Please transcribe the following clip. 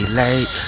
late